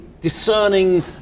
discerning